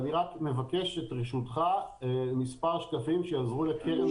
אני רק מבקש את רשותך להציג מספר שקפים שיעזרו לקרן.